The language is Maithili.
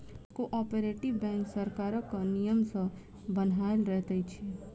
कोऔपरेटिव बैंक सरकारक नियम सॅ बन्हायल रहैत अछि